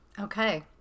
Okay